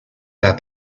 that